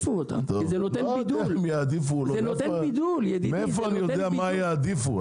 זה נותן בידול --- מאיפה אני יודע מה יעדיפו.